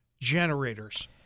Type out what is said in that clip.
generators